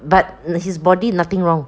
but his body nothing wrong